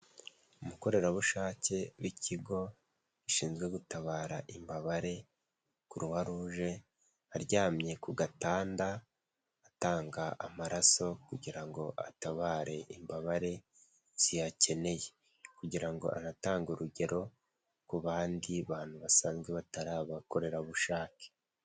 Umukorerabushake w'ikigo gishinzwe gutabara imbabare Kuruwa ruje, aryamye ku gatanda, atanga amaraso kugira ngo atabare imbabare, ziyakeneye kugira ngo anatange urugero ku bandi bantu basanzwe batarari abakorerabushake.